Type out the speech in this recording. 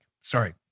sorry